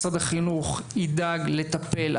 משרד החינוך ידאג לטפל,